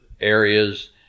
areas